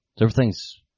Everything's